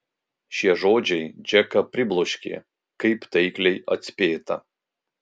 šie žodžiai džeką pribloškė kaip taikliai atspėta